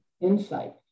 insight